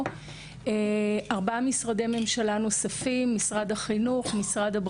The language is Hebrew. ארבעה משרדי ממשלה נוספים: משרד החינוך,